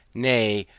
nay,